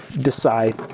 decide